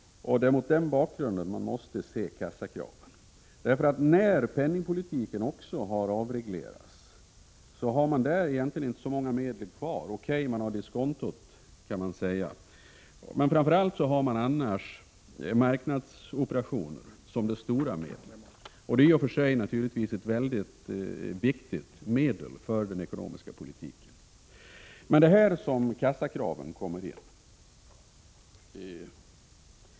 Det är mot den bakgrunden man måste se kassakraven. När penningpolitiken också har avreglerats har man egentligen inte så många medel kvar. O.K., man har diskontot, kan man säga, men framför allt har man annars marknadsoperationer som det stora medlet. Det är naturligtvis i och för sig ett viktigt medel för den ekonomiska politiken, men det är här som kassakraven kommer in.